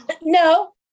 no